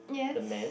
the man